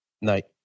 Night